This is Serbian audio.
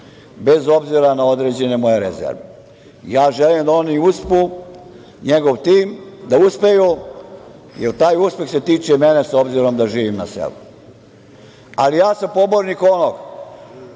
bez obzira na određene moje rezerve. Želim da oni uspeju, njegov tim da uspe, jer taj uspeh se tiče i mene s obzirom da živim na selu. Pobornik sam